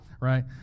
right